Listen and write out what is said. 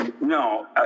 No